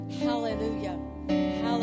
hallelujah